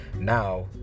now